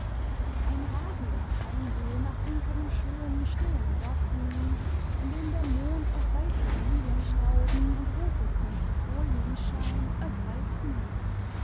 ein rasendes heimweh nach unserem schönen stillen garten in dem der mond auf weiße lilienstauden und rote centifolien scheint ergreift mich